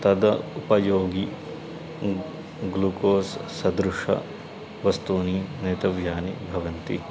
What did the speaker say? तद् उपयोगी ग्लुकोस् सदृशानि वस्तूनि नेतव्यानि भवन्ति